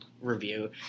review